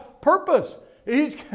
purpose